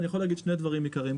ואני יכול להגיד שני דברים עיקריים.